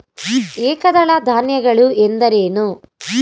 ಏಕದಳ ಧಾನ್ಯಗಳು ಎಂದರೇನು?